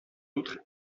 outre